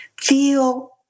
feel